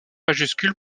majuscule